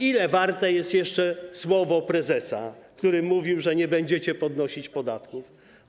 Ile warte jest jeszcze słowo prezesa, który mówił, że nie będziecie podnosić podatków?